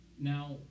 Now